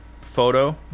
photo